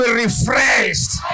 refreshed